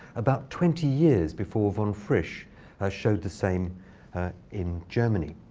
about twenty years before von frisch has showed the same in germany.